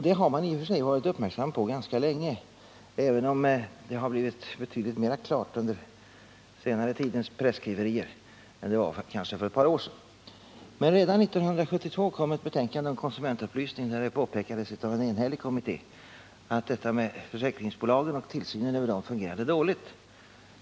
Det har man i och för sig varit uppmärksam på ganska länge, även om det har blivit betydligt mera klart genom den senare tidens tidningsskriverier än vad det var för ett par år sedan. försäkringsrätts Redan 1972 kom ett betänkande om konsumentupplysning, där det kommitténs förslag påpekades av en enhällig kommitté att detta med försäkringsbolagen och m.m. 5 tillsynen över dem fungerar dåligt.